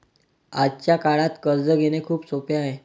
आजच्या काळात कर्ज घेणे खूप सोपे आहे